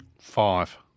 five